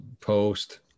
post